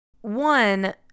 one